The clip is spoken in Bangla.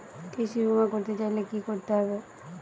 কৃষি বিমা করতে চাইলে কি করতে হবে?